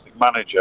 manager